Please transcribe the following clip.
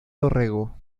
dorrego